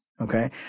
okay